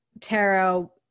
tarot